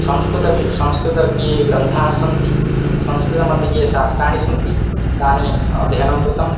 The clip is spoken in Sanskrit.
संस्कृते वि संस्कृते ये ग्रन्थाः सन्ति संस्कृतमध्ये ये शास्त्राणि सन्ति तानि अध्ययनं कृतं